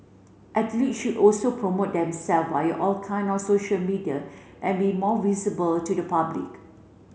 athlete should also promote them self via all kinds of social media and be more visible to the public